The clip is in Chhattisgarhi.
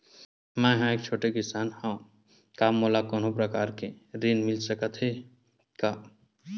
मै ह एक छोटे किसान हंव का मोला कोनो प्रकार के ऋण मिल सकत हे का?